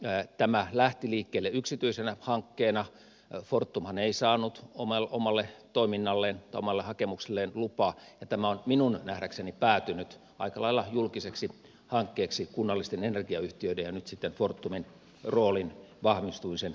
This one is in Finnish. tämä lähti liikkeelle yksityisenä hankkeena fortumhan ei saanut omalle hakemukselleen lupaa ja tämä on minun nähdäkseni päätynyt aika lailla julkiseksi hankkeeksi kunnallisten energiayhtiöiden ja nyt sitten fortumin roolin vahvistumisen myötä